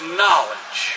knowledge